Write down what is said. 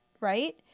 Right